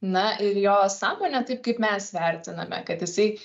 na ir jo sąmonė taip kaip mes vertiname kad jisai